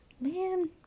man